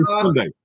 Sunday